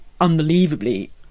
unbelievably